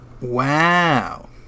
Wow